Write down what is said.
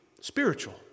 spiritual